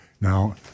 Now